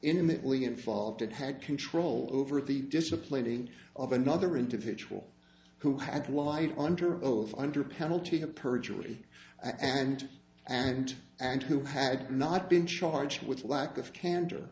intimately involved and had control over the disciplining of another individual who had lied under oath under penalty of perjury and and and who had not been charged with lack of can